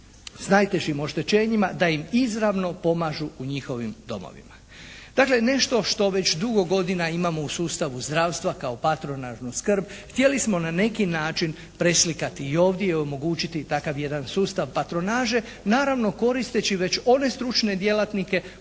s najtežim oštećenjima da im izravno pomažu u njihovim domovima. Dakle, nešto što već dugo godina imamo u sustavu zdravstva kao patronažnu skrb htjeli smo na neki način preslikati i ovdje i omogućiti takav jedan sustav patronaže, naravno koristeći već one stručne djelatnike koji